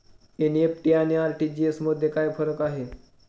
NEFT आणि RTGS मध्ये काय फरक आहे?